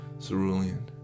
Cerulean